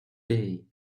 day